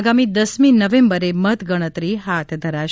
આગામી દસમી નવેમ્બરે મતગણતરી હાથ ધરાશે